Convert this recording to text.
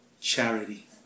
Charity